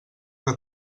que